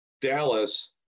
Dallas